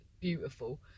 beautiful